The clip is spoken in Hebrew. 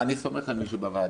אני סומך על מי שבוועדה.